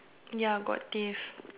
ya got teeth